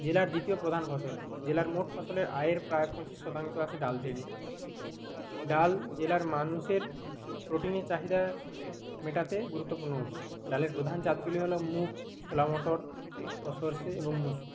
জেলার দ্বিতীয় প্রধান ফসল জেলার মোট ফসলের আয়ের প্রায় পঁচিশ শতাংশ আসে ডাল থেকে ডাল জেলার মানুষের প্রোটিনের চাহিদা মেটাতে গুরুত্বপূর্ণ উৎস ডালের প্রধান জাতগুলি হলো মুগ ছোলা মটর ও সরষে এবং মুসুর